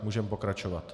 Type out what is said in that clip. Můžeme pokračovat.